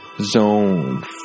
zone